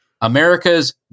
America's